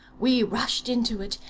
we rushed into it,